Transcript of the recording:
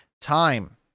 time